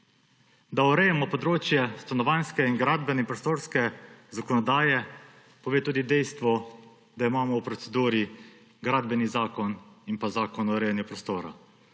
Da urejamo področje stanovanjske in gradbene prostorske zakonodaje, pove tudi dejstvo, da imamo v proceduri Gradbeni zakon in Zakon o urejanju prostora.